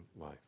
life